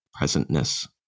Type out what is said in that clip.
presentness